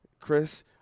chris